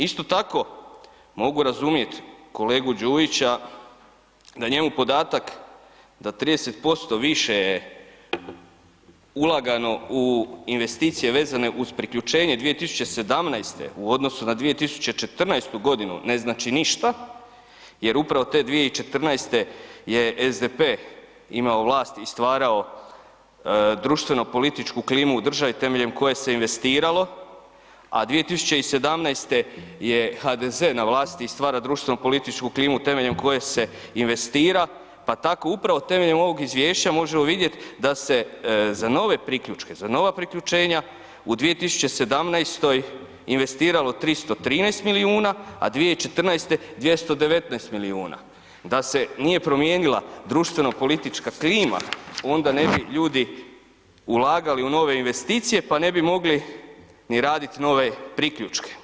Isto tako mogu razumjet kolegu Đujića da njemu podatak da 30% više je ulagano u investicije vezane uz priključenje 2017. u odnosu na 2014.g. ne znači ništa jer upravo te 2014. je SDP imao vlast i stvarao društveno političku klimu u državi temeljem koje se investiralo a 2017. je HDZ na vlasti i stvara društveno političku klimu temeljem koje se investira, pa tako upravo temeljem ovog izvješća možemo vidjeti da se za nove priključke, za nova priključenja u 2017. investiralo 313 milijuna, a 2014. 219 milijuna, da se nije promijenila društveno politička klima onda ne bi ljudi ulagali u nove investicije pa ne bi mogli ni raditi nove priključke.